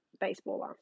baseballer